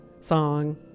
song